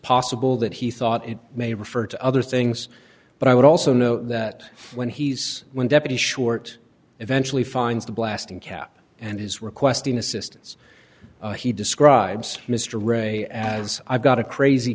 possible that he thought it may refer to other things but i would also note that when he's when deputy short eventually finds the blasting cap and his requesting assistance he describes mr ray as i've got a crazy